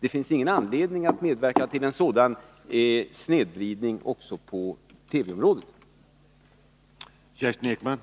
Det finns ingen anledning att medverka till en sådan snedvridning också på radiooch TV-området.